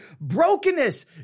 brokenness